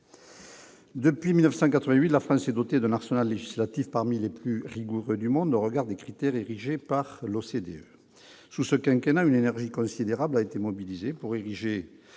Depuis 1988, la France s'est dotée d'un arsenal législatif parmi les plus rigoureux au monde au regard des critères érigés par l'OCDE. Durant ce quinquennat, une énergie considérable a été mobilisée pour ériger